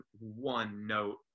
one-note